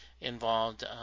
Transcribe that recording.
involved